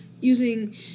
using